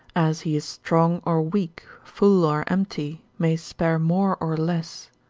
as he is strong or weak, full or empty, may spare more or less.